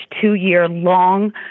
two-year-long